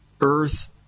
Earth